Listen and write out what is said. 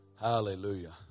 Hallelujah